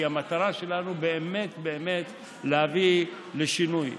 כי המטרה שלנו באמת באמת להביא לשינוי.